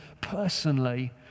personally